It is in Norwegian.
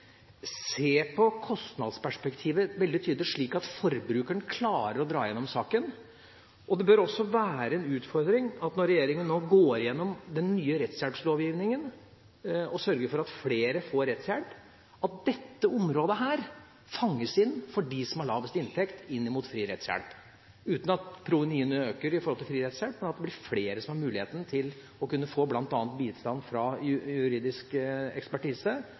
på kostnadsperspektivet veldig tydelig, slik at forbrukeren klarer å dra gjennom saken. Det bør også være en utfordring – når regjeringa nå går gjennom den nye rettshjelpslovgivningen – å sørge for at flere får rettshjelp, at dette området fanges inn med tanke på fri rettshjelp for dem som har lavest inntekt, uten at provenyene øker i forhold til fri rettshjelp, men at det blir flere som har muligheten til å kunne få bistand fra juridisk ekspertise,